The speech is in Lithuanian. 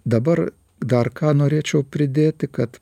dabar dar ką norėčiau pridėti kad